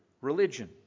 religion